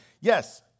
yes